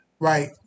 Right